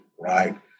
right